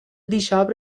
دیشب